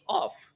off